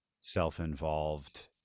self-involved